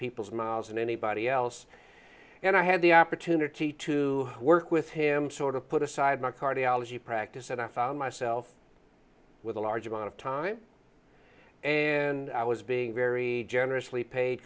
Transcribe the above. people's miles and anybody else and i had the opportunity to work with him sort of put aside my cardiology practice and i found myself with a large amount of time and i was being very generously paid